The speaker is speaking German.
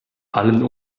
allen